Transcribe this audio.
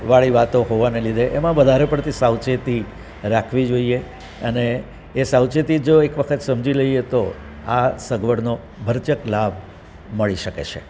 વાળી વાતો હોવાને લીધે એમાં વધારે પડતી સાવચેતી રાખવી જોઈએ અને એ સાવચેતી જો એકવખત સમજી લઈએ તો આ સગવડનો ભરચક લાભ મળી શકે છે